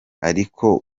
ariko